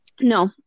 No